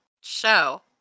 show